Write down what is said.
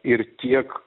ir tiek